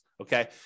okay